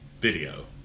video